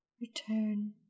Return